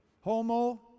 Homo